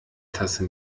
tasse